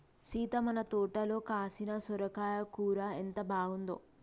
సీత మన తోటలో కాసిన సొరకాయ కూర ఎంత బాగుందో